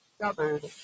covered